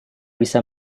bisa